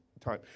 time